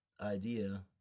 idea